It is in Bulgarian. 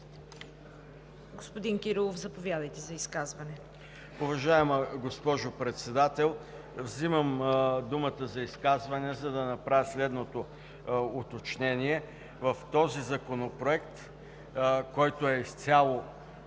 Господин Кирилов, заповядайте за изказване. ДОКЛАДЧИК ДАНАИЛ КИРИЛОВ: Уважаема госпожо Председател, взимам думата за изказване, за да направя следното уточнение. В този законопроект, който е изцяло